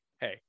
hey